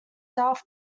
south